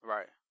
Right